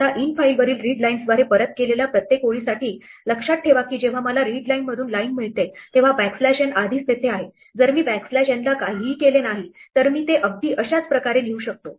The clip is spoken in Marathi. आता इन फाइलवरील रीडलाईन्सद्वारे परत केलेल्या प्रत्येक ओळीसाठी लक्षात ठेवा की जेव्हा मला रीडलाईनमधून लाइन मिळते तेव्हा बॅकस्लॅश n आधीच तेथे आहे जर मी बॅकस्लॅश n ला काहीही केले नाही तर मी ते अगदी तशाच प्रकारे लिहू शकतो